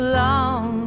long